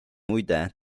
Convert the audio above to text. muide